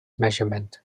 measurement